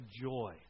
joy